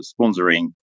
sponsoring